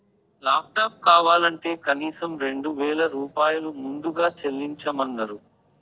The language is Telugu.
లాప్టాప్ కావాలంటే కనీసం రెండు వేల రూపాయలు ముందుగా చెల్లించమన్నరు